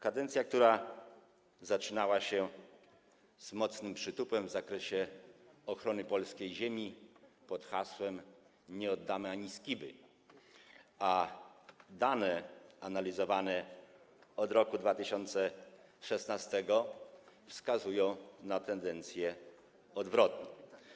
Kadencja, która zaczynała się z mocnym przytupem w zakresie ochrony polskiej ziemi pod hasłem: nie oddamy ani skiby, a dane analizowane od 2016 r. wskazują na tendencję odwrotną.